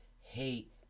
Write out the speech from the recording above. hate